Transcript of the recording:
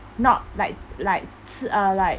not like like t~ uh like